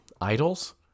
idols